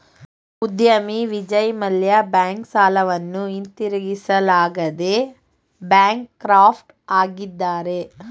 ಉದ್ಯಮಿ ವಿಜಯ್ ಮಲ್ಯ ಬ್ಯಾಂಕ್ ಸಾಲವನ್ನು ಹಿಂದಿರುಗಿಸಲಾಗದೆ ಬ್ಯಾಂಕ್ ಕ್ರಾಫ್ಟ್ ಆಗಿದ್ದಾರೆ